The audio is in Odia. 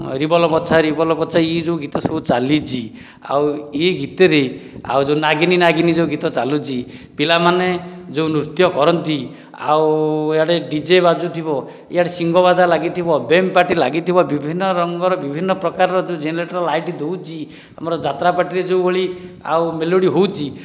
ରିବଲ ବଛା ରିବଲ ବଛା ଇଏ ଯେଉଁ ଗୀତ ସବୁ ଚାଲିଛି ଆଉ ଏହି ଗୀତରେ ଆଉ ଯେଉଁ ନାଗିନୀ ନାଗିନୀ ଯେଉଁ ଗୀତ ଚାଲୁଛି ପିଲାମାନେ ଯେଉଁ ନୃତ୍ୟ କରନ୍ତି ଆଉ ଇଆଡ଼େ ଡିଜେ ବାଜୁଥିବ ଇଆଡ଼େ ଶିଙ୍ଗ ବାଜା ଲାଗିଥିବ ବେମ ପାର୍ଟି ଲାଗିଥିବ ବିଭିନ୍ନ ରଙ୍ଗର ବିଭିନ୍ନ ପ୍ରକାରର ଯେଉଁ ଜେନେରେଟର୍ ଲାଇଟ୍ ହେଉଛି ଆମର ଯାତ୍ରା ପାର୍ଟିରେ ଯେଉଁଭଳି ଆଉ ମେଲୋଡ଼ି ହେଉଛି